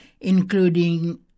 including